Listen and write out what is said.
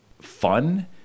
fun